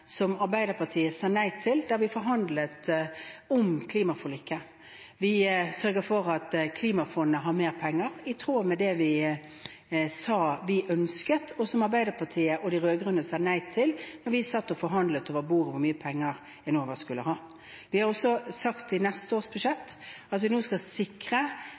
som Arbeiderpartiet sa nei til da vi forhandlet om klimaforliket. Vi sørger for at klimafondet har mer penger, i tråd med det vi sa vi ønsket, og som Arbeiderpartiet og de andre rød-grønne sa nei til, da vi satt og forhandlet over bordet om hvor mye penger Enova skulle ha. Vi har også sagt i neste års budsjett at vi nå skal sikre